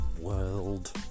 world